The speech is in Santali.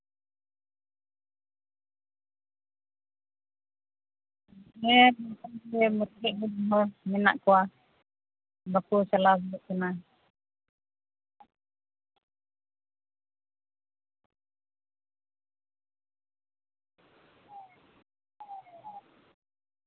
ᱦᱮᱸ ᱢᱚᱴᱟᱢᱩᱴᱤ ᱦᱚᱲ ᱢᱮᱱᱟᱜ ᱠᱚᱣᱟ ᱵᱟᱠᱚ ᱪᱟᱞᱟᱣ ᱫᱟᱲᱮᱭᱟᱜ ᱠᱟᱱᱟ